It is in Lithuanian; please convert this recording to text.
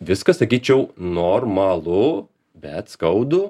viskas sakyčiau normalu bet skaudu